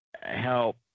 help